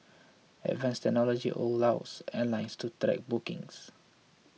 advanced technology allows airlines to bookings